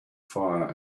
fire